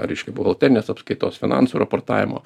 reiškia buhalterinės apskaitos finansų raportavimo